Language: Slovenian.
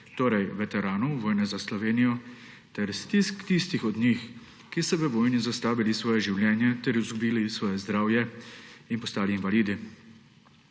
torej veteranov vojne za Slovenijo, ter stisk tistih od njih, ki so v vojni zastavili svoje življenje ter izgubili svoje zdravje in postali invalidi.